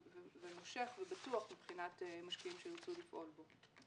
מושך, ובטוח מבחינת משקיעים שירצו לפעול בו.